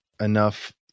enough